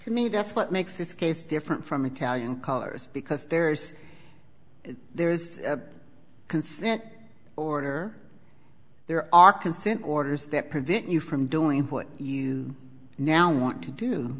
to me that's what makes this case different from italian callers because there's there is a consent order there are consent orders that prevent you from doing what you now want to do